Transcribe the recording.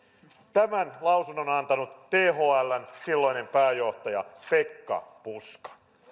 tämän lausunnon on on antanut thln silloinen pääjohtaja pekka puska